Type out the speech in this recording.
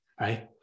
right